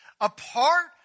apart